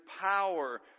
power